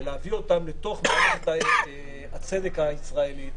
ולהביא אותם לתוך מערכת הצדק הישראלית,